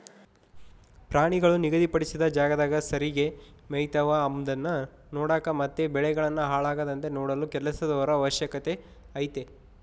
ಪ್ರಾಣಿಗಳು ನಿಗಧಿ ಪಡಿಸಿದ ಜಾಗದಾಗ ಸರಿಗೆ ಮೆಯ್ತವ ಅಂಬದ್ನ ನೋಡಕ ಮತ್ತೆ ಬೆಳೆಗಳನ್ನು ಹಾಳಾಗದಂತೆ ನೋಡಲು ಕೆಲಸದವರ ಅವಶ್ಯಕತೆ ಐತೆ